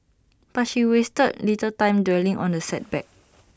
but she wasted little time dwelling on the setback